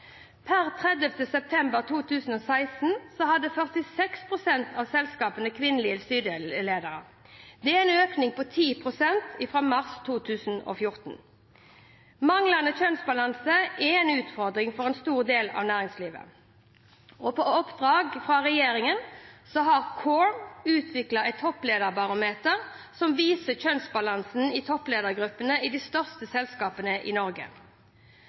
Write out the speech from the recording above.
Per 30. september 2016 hadde 46 pst. av selskapene kvinnelig styreleder. Det er en økning på 10 prosentpoeng fra mars 2014. Manglende kjønnsbalanse er en utfordring for en stor del av næringslivet. På oppdrag fra regjeringen har CORE utviklet et topplederbarometer som viser kjønnsbalansen i toppledergruppene i de største selskapene i Norge.